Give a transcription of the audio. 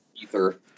ether